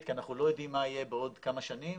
כי אנחנו לא יודעים מה יהיה בעוד כמה שנים,